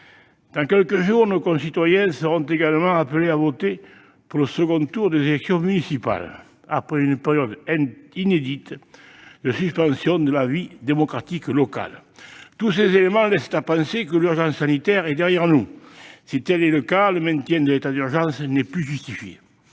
Dans quelques jours, nos concitoyens seront également appelés à voter pour le second tour des élections municipales, après une période inédite de suspension de la vie démocratique locale. Tous ces éléments laissent à penser que l'urgence sanitaire est dernière nous. Si tel est le cas, le maintien de l'état d'urgence n'est plus justifié.